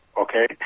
okay